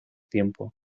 tiempo